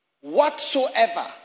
Whatsoever